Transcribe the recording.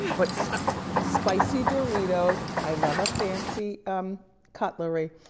but spicy doritos, i love a fancy um cutlery.